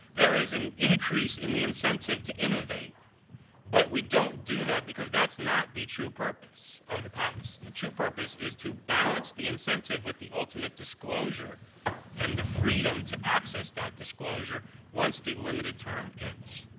there is an increase in the incentive to innovate but we don't do that because that's not the true purpose of the patent system. the true purpose is to balance the incentive with the ultimate disclosure and the freedom to access that disclosure once the limited term ends.